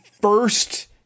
first